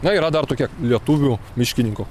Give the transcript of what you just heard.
na yra dar tokia lietuvių miškininko